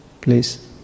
please